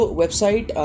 website